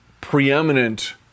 preeminent